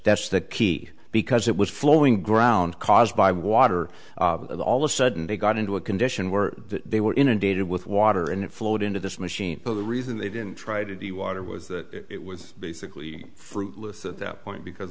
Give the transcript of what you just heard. that's the key because it was flowing ground caused by water all of a sudden they got into a condition where they were inundated with water and it flowed into this machine but the reason they didn't try to do water was that it was basically fruitless at that point because